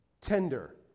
tender